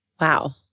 Wow